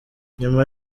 nyuma